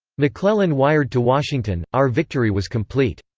mcclellan wired to washington, our victory was complete.